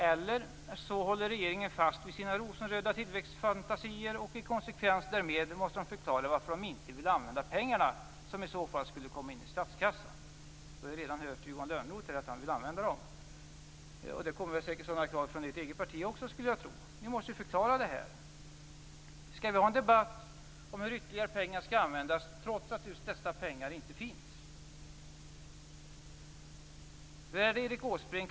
Eller också håller regeringen fast vid sina rosenröda tillväxtfantasier, och i konsekvens därmed måste den förklara varför den inte vill använda pengarna, som i så fall skulle komma in i statskassan. Vi har redan hört att Johan Lönnroth vill använda dem, och det kommer säkert också sådana krav från ert parti. Skall vi ha en debatt om hur ytterligare pengar skall användas trots att just dessa pengar inte finns? Hur är det, Erik Åsbrink?